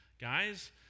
Guys